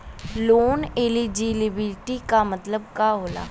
Loan eligibility का मतलब का होला?